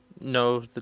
No